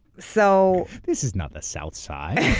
so this is not the south side.